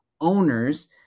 owners